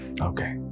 okay